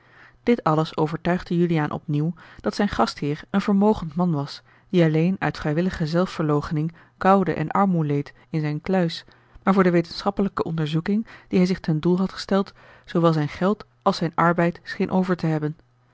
dit alles overtuigde juliaan opnieuw dat zijn gastheer een vermogend man was die alleen uit vrijwillige zelfverloochening koude en armoê leed in zijne kluis maar voor de wetenschappelijke onderzoeking die hij zich ten doel had gesteld zoowel zijn geld als zijn arbeid scheen over te hebben